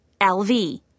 LV